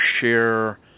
share